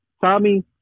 tommy